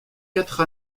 quatre